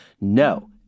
No